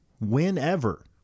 whenever